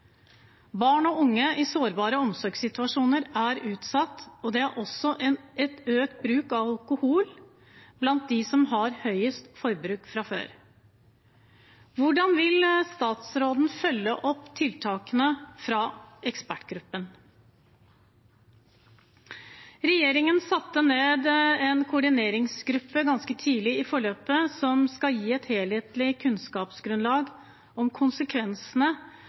Barn og unge i sårbare omsorgssituasjoner er utsatt, og det er også økt bruk av alkohol blant dem som har høyest forbruk fra før. Hvordan vil statsråden følge opp tiltakene fra ekspertgruppen? Regjeringen satte ganske tidlig i forløpet ned en koordineringsgruppe som skal gi et helhetlig kunnskapsgrunnlag om konsekvensene